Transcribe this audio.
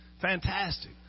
Fantastic